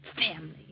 Family